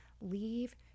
Leave